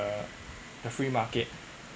the free market